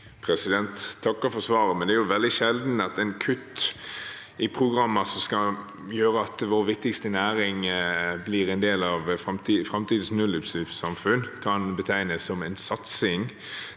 takker for svaret, men det er jo veldig sjelden at et kutt i programmer som skal gjøre at vår viktigste næring blir en del av framtidens nullutslippssamfunn, kan betegnes som en satsing.